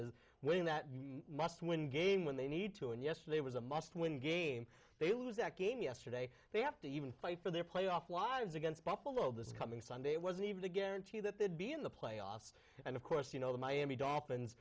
is winning that must win game when they need to and yesterday was a must win game they lose that game yesterday they have to even fight for their playoff a lot of against buffalo this coming sunday wasn't even a guarantee that they'd be in the playoffs and of course you know the miami dolphins